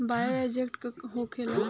Bio agent का होखेला?